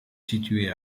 situé